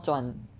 转